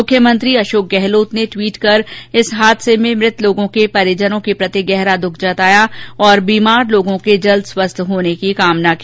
मुख्यमंत्री अशोक गइलोत ने ट्वीट कर इस हादसे में मृत लोगों के परिजनों के प्रति गहरा दुख जताया है और बीमार लोगों के जल्द स्वस्थ होने की कामना की